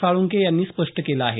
साळंखे यांनी स्पष्ट केलं आहे